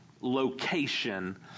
location